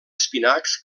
espinacs